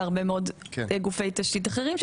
והרבה מאוד גופי תשתית אחרים,